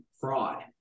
fraud